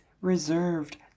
reserved